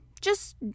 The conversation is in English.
Just